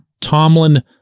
Tomlin